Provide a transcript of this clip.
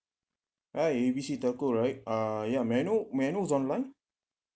right A B C telco right uh ya may I know may I know who's on the line